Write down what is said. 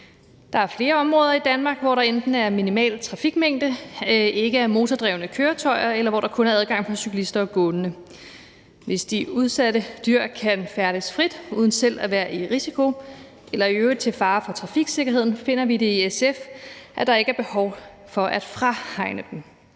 Der er flere områder i Danmark, hvor der enten er en minimal trafikmængde, ikke er motordrevne køretøjer, eller hvor der kun er adgang for cyklister og gående. Hvis de udsatte dyr kan færdes frit uden selv at være i risiko eller i øvrigt være til fare for trafiksikkerheden, finder vi i SF, at der ikke er behov for at frahegne dem.